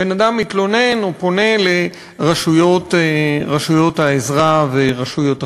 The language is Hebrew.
בן-אדם מתלונן או פונה לרשויות העזרה ורשויות החוק.